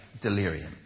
delirium